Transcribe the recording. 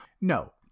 no